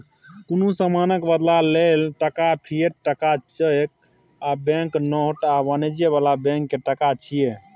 कुनु समानक बदला लेल टका, फिएट टका, चैक आ बैंक नोट आ वाणिज्य बला बैंक के टका छिये